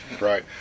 right